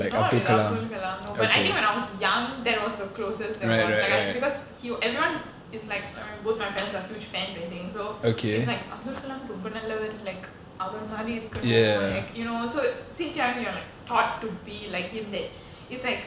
not with அப்துல்கலாம்:abdul kalam no but I think when I was young that was the closest there was like I because he everyone is like like my both my parents are huge fans I think so it's like அப்துல்கலாம்ரொம்பநல்லவரு:abdul kalam romba nallavaru like அவரமாதிரிஇருக்கணும்:avara mathiri irukkanum like you know so since young you are like taught to be like him that it's like